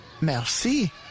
Merci